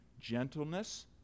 gentleness